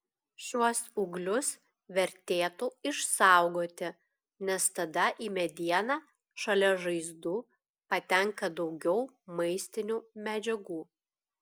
šiuos ūglius vertėtų išsaugoti nes tada į medieną šalia žaizdų patenka daugiau maistinių medžiagų